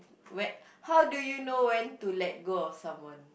when how do you know when to let go of someone